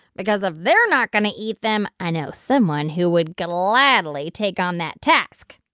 because if they're not going to eat them, i know someone who would gladly take on that task.